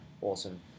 awesome